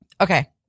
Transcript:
okay